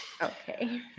Okay